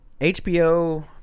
hbo